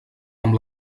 amb